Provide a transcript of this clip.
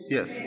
Yes